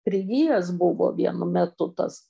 prigijęs buvo vienu metu tas